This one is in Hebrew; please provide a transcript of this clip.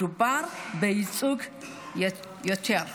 מדובר בייצוג יתר.